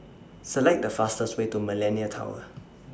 Select The fastest Way to Millenia Tower